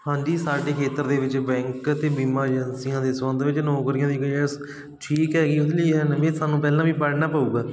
ਹਾਂਜੀ ਸਾਡੇ ਖੇਤਰ ਦੇ ਵਿੱਚ ਬੈਂਕ 'ਤੇ ਬੀਮਾ ਏਜੰਸੀਆਂ ਦੇ ਸੰਬੰਧ ਵਿੱਚ ਨੌਕਰੀਆਂ ਦੀ ਠੀਕ ਹੈਗੀ ਜੀ ਉਹਦੇ ਲਈ ਨਵੀਂ ਤੁਹਾਨੂੰ ਪਹਿਲਾਂ ਵੀ ਪੜ੍ਹਨਾ ਪਵੇਗਾ